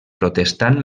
protestant